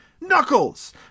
Knuckles